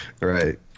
Right